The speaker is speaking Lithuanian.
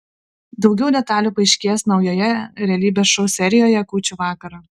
daugiau detalių paaiškės naujoje realybės šou serijoje kūčių vakarą